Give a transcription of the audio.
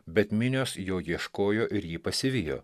bet minios jo ieškojo ir jį pasivijo